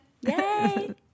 Yay